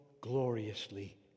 gloriously